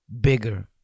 bigger